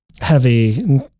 Heavy